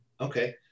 Okay